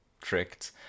tricked